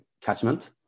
catchment